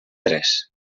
tres